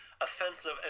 offensive